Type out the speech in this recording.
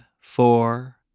four